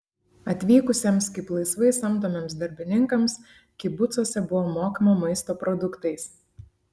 atvykusiems kaip laisvai samdomiems darbininkams kibucuose buvo mokama maisto produktais